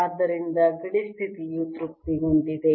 ಆದ್ದರಿಂದ ಗಡಿ ಸ್ಥಿತಿಯು ತೃಪ್ತಿಗೊಂಡಿದೆ